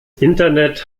internet